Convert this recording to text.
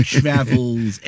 travels